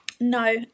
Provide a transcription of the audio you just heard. No